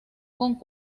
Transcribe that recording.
con